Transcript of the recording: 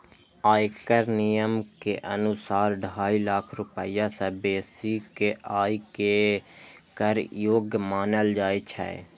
आयकर नियम के अनुसार, ढाई लाख रुपैया सं बेसी के आय कें कर योग्य मानल जाइ छै